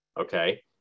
Okay